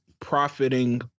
profiting